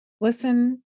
listen